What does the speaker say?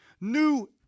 new